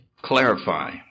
clarify